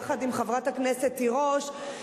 יחד עם חברת הכנסת תירוש,